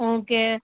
okay